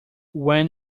when